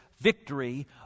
victory